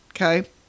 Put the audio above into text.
Okay